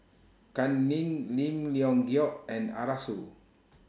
Kam Ning Lim Leong Geok and Arasu